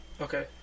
Okay